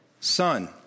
Son